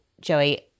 Joey